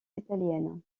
italiennes